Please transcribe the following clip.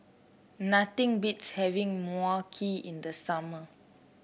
nothing beats having Mui Kee in the summer